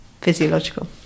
physiological